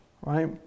right